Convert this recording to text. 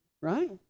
right